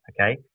okay